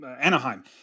Anaheim